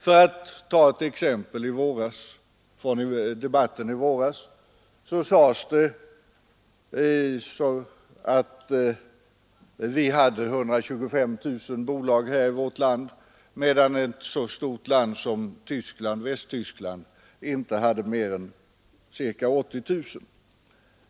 Jag tar ett exempel från debatten i våras där det sades att vi hade 125 000 bolag här i vårt land medan ett så stort land som Västtyskland inte har mer än ca 80 000.